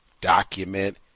Document